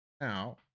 now